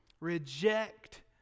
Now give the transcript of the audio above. Reject